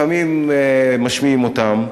לפעמים משמיעים אותן,